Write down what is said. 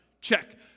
Check